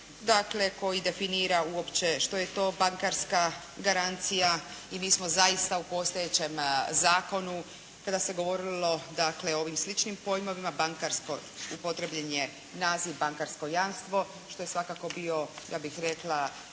dakle, koji definira uopće što je to bankarska garancija i mi smo zaista u postojećem Zakonu kada se govorilo, dakle, o ovim sličnim pojmovima bankarsko, upotrijebljen je naziv bankarsko jamstvo, što je svakako bio, ja bih rekla